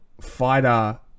fighter